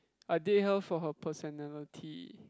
I date her for her personality